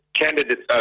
candidates